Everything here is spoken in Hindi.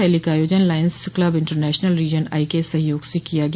रैली का आयोजन Lions Club International region I के सहयोग से किया गया